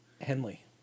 Henley